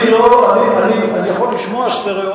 אני יכול לשמוע סטריאו,